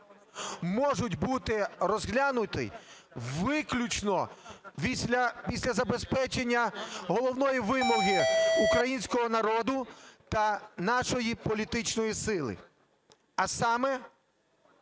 можуть бути розглянуті виключно після забезпечення головної вимоги українського народу та нашої політичної сили. А саме